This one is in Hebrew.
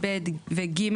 (ב) ו-(ג),